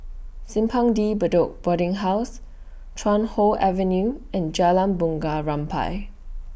Simpang De Bedok Boarding House Chuan Hoe Avenue and Jalan Bunga Rampai